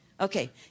Okay